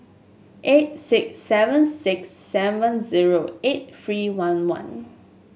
eight six seven six seven zero eight three one one